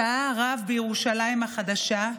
שהה הרב בירושלים החדשה,